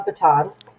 batons